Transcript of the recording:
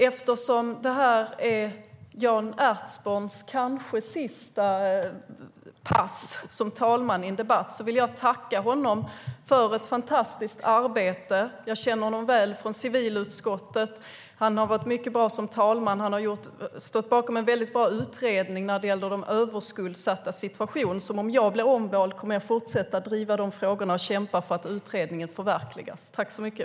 Eftersom det här är Jan Ertsborns kanske sista pass som talman i en debatt vill jag tacka honom för ett fantastiskt arbete. Jag känner honom väl från civilutskottet. Han har varit mycket bra som talman. Han har stått bakom en mycket bra utredning när det gäller de överskuldsattas situation. Om jag blir omvald kommer jag att fortsätta driva de frågorna och kämpa för att utredningen förverkligas. Tack så mycket!